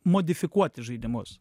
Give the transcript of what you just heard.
modifikuoti žaidimus